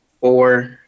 four